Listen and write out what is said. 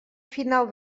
final